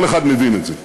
כל אחד מבין את זה.